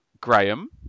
Graham